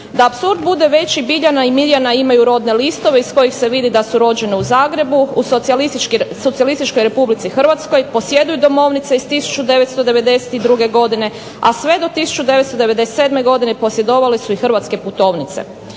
Da apsurd bude veći Biljana i Mirjana imaju rodne listove iz kojih se vidi da su rođene u Zagrebu u Socijalističkoj Republici Hrvatskoj, posjeduju domovnice iz 1992. godine, a sve do 1997. godine posjedovale su i hrvatske putovnice.